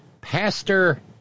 Pastor